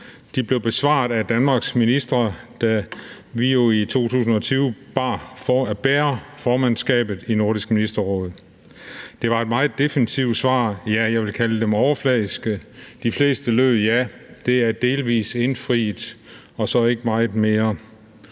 De blev besvaret af Danmarks ministre, da vi jo i 2020 bærer formandskabet i Nordisk Ministerråd. Det var meget defensive svar, ja, jeg vil kalde dem overfladiske. De fleste lød, at ja, det er delvist indfriet – og så ikke meget mere.